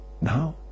now